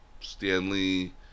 Stanley